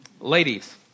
Ladies